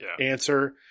answer